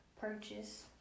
purchase